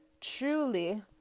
truly